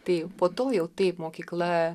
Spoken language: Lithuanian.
tai po to jau taip mokykla